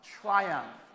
triumph